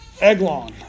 Eglon